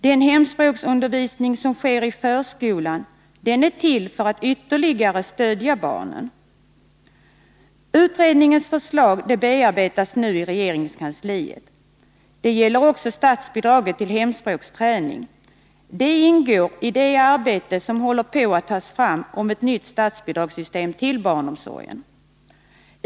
Den hemspråksundervisning som sker i förskolan är till för att ytterligare stödja barnen. Utredningens förslag bearbetas nu i regeringskansliet. Det gäller också statsbidraget till hemspråksträning, som ingår i det arbete som bedrivs för att få fram ett nytt statsbidragssystem till barnomsorgen.